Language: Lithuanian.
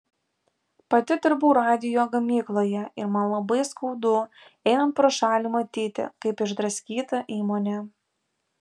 pati dirbau radijo gamykloje ir man labai skaudu einant pro šalį matyti kaip išdraskyta įmonė